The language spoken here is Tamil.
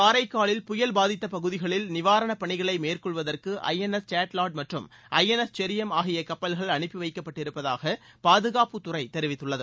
காரைக்காலில் புயல் பாதித்த பகுதிகளில் நிவாரணப் பணிகளை மேற்கொள்வதற்கு ஐஎன்எஸ் சேட்லாட் மற்றும் ஐஎன்எஸ் செரியம் ஆகிய கப்பல்கள் அனுப்பி வைக்கப்பட்டிருப்பதாக பாதுகாப்புத் துறை தெரிவித்துள்ளது